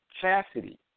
chastity